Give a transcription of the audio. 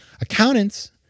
accountants